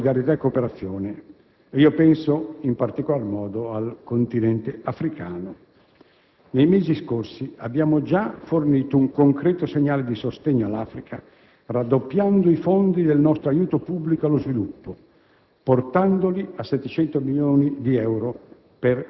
si parla di pace e stabilità, occorre parlare anche di solidarietà e cooperazione e io penso in particolar modo al Continente africano. Nei mesi scorsi abbiamo già fornito un concreto segnale di sostegno all'Africa raddoppiando i fondi del nostro aiuto pubblico allo sviluppo,